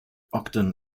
ogden